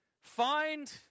Find